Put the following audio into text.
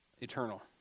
eternal